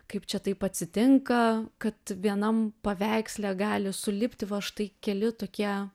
kaip čia taip atsitinka kad vienam paveiksle gali sulipti va štai keli tokie